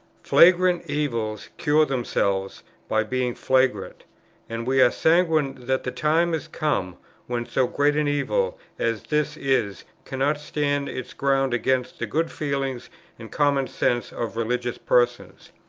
flagrant evils cure themselves by being flagrant and we are sanguine that the time is come when so great an evil as this is, cannot stand its ground against the good feeling and common sense of religious persons.